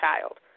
child